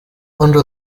under